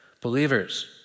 Believers